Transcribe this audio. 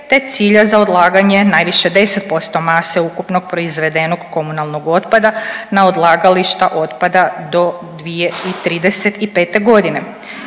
te cilja za odlaganje najviše 10% mase ukupnog proizvedenog komunalnog otpada na odlagališta otpada do 2035. godine.